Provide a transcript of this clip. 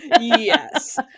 yes